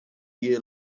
year